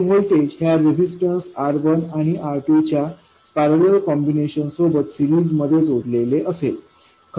हे व्होल्टेज ह्या रेजिस्टन्स R1आणि R2 च्या पैरलेल कॉम्बिनेशन सोबत सीरिजमध्ये जोडलेले असेल